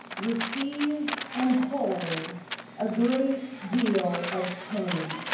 receive and hold a great deal of pain.